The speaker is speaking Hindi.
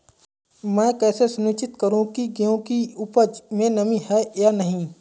मैं कैसे सुनिश्चित करूँ की गेहूँ की उपज में नमी है या नहीं?